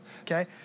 okay